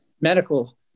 medical